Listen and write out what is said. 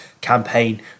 campaign